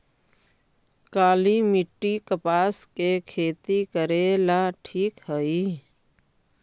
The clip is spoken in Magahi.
काली मिट्टी, कपास के खेती करेला ठिक हइ?